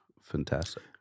Fantastic